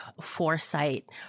foresight